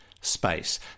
space